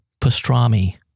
pastrami